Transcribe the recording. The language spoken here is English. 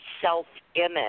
self-image